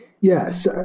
Yes